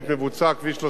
עד צומת שוקת